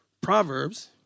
Proverbs